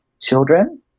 children